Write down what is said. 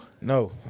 No